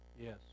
Yes